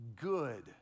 good